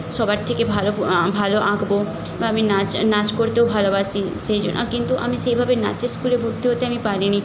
সবার থেকে ভালো ভালো আঁকব বা আমি নাচ নাচ করতেও ভালোবাসি সেই জন্য কিন্তু আমি সেইভাবে নাচের স্কুলে ভর্তি হতে আমি পারিনি